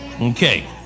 Okay